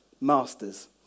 masters